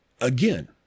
Again